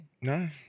No